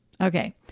Okay